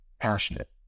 passionate